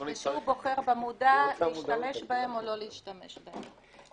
שהוא בוחר במודע להשתמש בהן או לא להשתמש בהן.